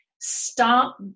stop